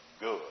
good